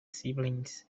siblings